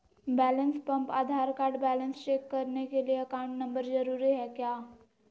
Balance पंप Aadhaar card balance check करने के लिए अकाउंट नंबर जरूरी है क्या?